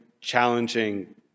challenging